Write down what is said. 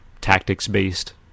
tactics-based